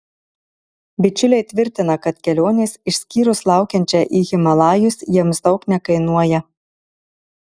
bičiuliai tvirtina kad kelionės išskyrus laukiančią į himalajus jiems daug nekainuoja